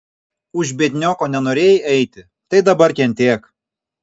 už biednioko nenorėjai eiti tai dabar kentėk